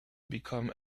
became